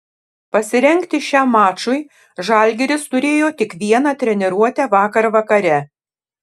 pasirengti šiam mačui žalgiris turėjo tik vieną treniruotę vakar vakare